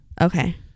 Okay